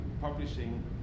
publishing